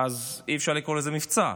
אז אי-אפשר לקרוא לזה מבצע,